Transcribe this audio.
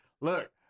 look